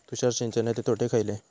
तुषार सिंचनाचे तोटे खयले?